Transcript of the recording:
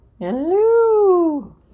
Hello